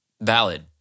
valid